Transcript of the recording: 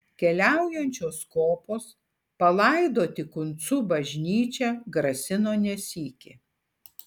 keliaujančios kopos palaidoti kuncų bažnyčią grasino ne sykį